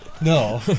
no